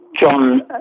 John